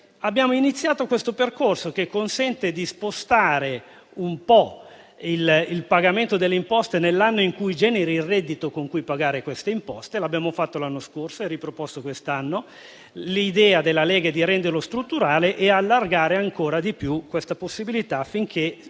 abbiamo iniziato questo percorso che consente di spostare in parte il pagamento delle imposte nell'anno in cui si genera il reddito con cui pagare queste imposte. Lo abbiamo fatto l'anno scorso e abbiamo riproposto la misura quest'anno. L'idea della Lega è di renderla una misura strutturale e allargare ancora di più questa possibilità, affinché